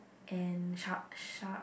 and Shak Shak